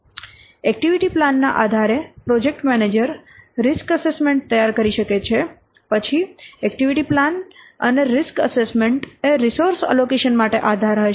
activity plan ના આધારે project manager risk assessment તૈયાર શકે છે પછી એક્ટિવિટી પ્લાન અને રીસ્ક એસેસમેન્ટ એ રિસોર્સ એલોકેશન માટે આધાર હશે